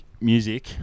Music